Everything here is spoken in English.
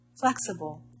flexible